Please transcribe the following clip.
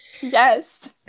Yes